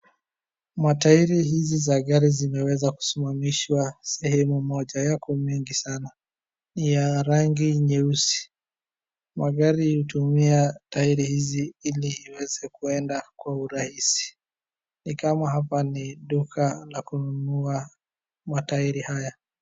Matairi hizi za gari zimeweza kusimamishwa sehemu moja. Yako mengi sana. Ni ya rangi nyeusi. Magari hutumia tairi hizi iliiweze kuenda kwa urahisi. Ni kama hapa ni duka la kununua matairi haya.